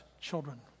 children